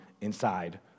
inside